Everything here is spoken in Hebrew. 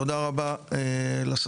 תודה רבה לסמנכ"לים,